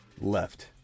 left